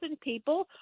people